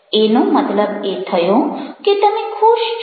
એનો મતલબ એ થયો કે તમે ખુશ છો